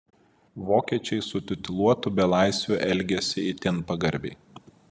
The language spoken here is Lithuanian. vokiečiai su tituluotu belaisviu elgėsi itin pagarbiai